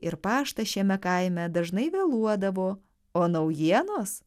ir paštas šiame kaime dažnai vėluodavo o naujienos